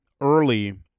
early